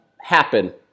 happen